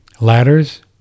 ladders